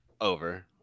over